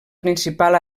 principal